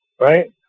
right